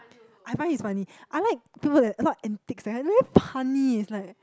I find he's funny I like to uh a lot of entices eh very punny is like